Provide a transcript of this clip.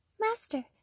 Master